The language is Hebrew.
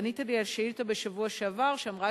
ענית לי על שאילתא בשבוע שעבר תשובה שאמרה